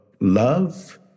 love